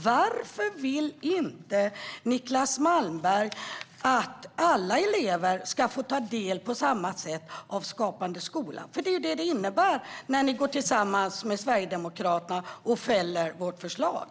Varför vill inte Niclas Malmberg att alla elever på samma sätt ska få ta del av Skapande skola? Det är innebörden när ni tillsammans med Sverigedemokraterna fäller vårt förslag.